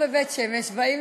ועוברת לוועדת החינוך,